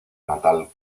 natal